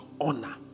honor